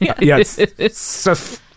Yes